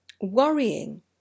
worrying